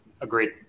Agreed